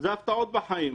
אלה ההפתעות בחיים.